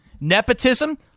Nepotism